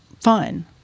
fun